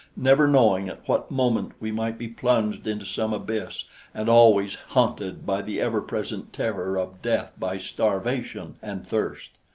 never knowing at what moment we might be plunged into some abyss and always haunted by the ever-present terror of death by starvation and thirst.